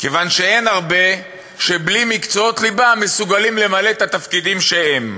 כיוון שאין הרבה שבלי מקצועות ליבה מסוגלים למלא את התפקידים שלהם,